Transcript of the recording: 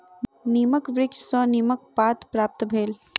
नीमक वृक्ष सॅ नीमक पात प्राप्त भेल